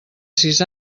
sis